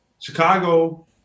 Chicago